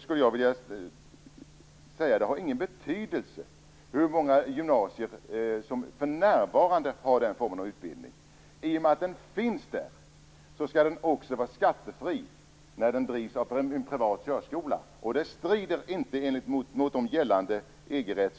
skulle jag vilja säga att det inte har någon betydelse hur många gymnasier som för närvarande har den formen av utbildning. I och med att den finns där skall den också vara skattefri när den bedrivs av en privat körskola, och det strider inte mot gällande EG-rätt.